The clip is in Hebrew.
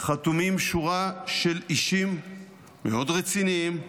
חתומים שורה של אישים מאוד רציניים,